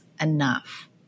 enough